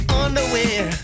underwear